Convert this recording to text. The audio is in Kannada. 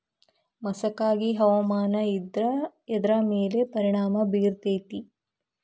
ಮಸಕಾಗಿ ಹವಾಮಾನ ಇದ್ರ ಎದ್ರ ಮೇಲೆ ಪರಿಣಾಮ ಬಿರತೇತಿ?